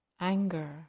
anger